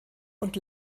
und